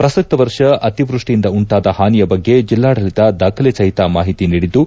ಪ್ರಸಕ್ತ ವರ್ಷ ಅತಿವೃಷ್ಷಿಯಿಂದ ಉಂಟಾದ ಹಾನಿಯ ಬಗ್ಗೆ ಜಿಲ್ಲಾಡಳಿತ ದಾಖಲೆ ಸಹಿತ ಮಾಹಿತಿ ನೀಡಿದ್ದು